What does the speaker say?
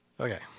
Okay